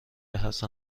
حسن